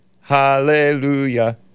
Hallelujah